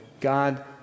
God